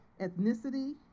ethnicity